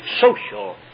social